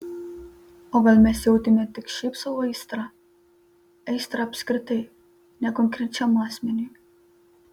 o gal mes jautėme tik šiaip sau aistrą aistrą apskritai ne konkrečiam asmeniui